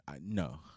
No